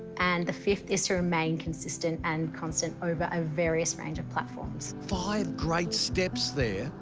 and the fifth is to remain consistent and constant over a various range of platforms. five greats steps there,